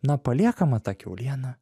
na paliekama ta kiauliena